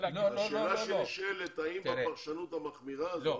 השאלה הנשאלת היא האם בפרשנות המחמירה הזאת,